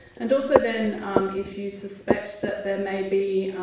and also then um if you suspect that there may be